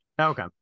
Okay